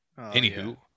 Anywho